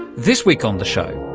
this week on the show,